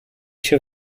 się